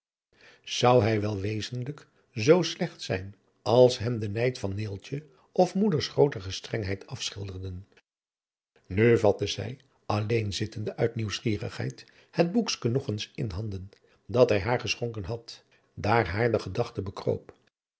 zou hij wel wezenlijk zoo slecht zijn als hem de nijd van neeltje of moeders groote gestrengheid afschilderen nu vatte zij alleen zittende uit nieuwsgierigheid het boekske nog eens in handen dat hij haar geschonken had daar haar de gedachte bekroop